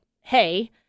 hey